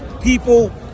people